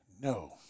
No